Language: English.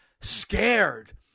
scared